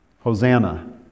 Hosanna